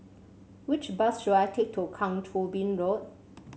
which bus should I take to Kang Choo Bin Road